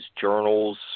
journals